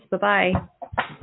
Bye-bye